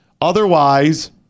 Otherwise